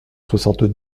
soixante